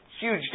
Huge